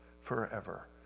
forever